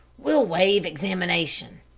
we'll waive examination,